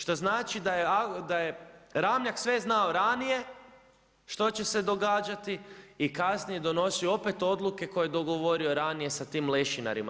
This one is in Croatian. Što znači, da je Ramljak sve znao ranije, što će se događati i kasnije donosio opet odluke koje je dogovorio ranije s tim lešinarima.